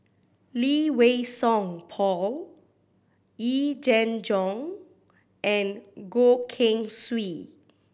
Lee Wei Song Paul Yee Jenn Jong and Goh Keng Swee